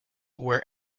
were